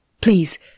Please